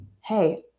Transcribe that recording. Hey